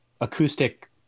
acoustic